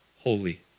holy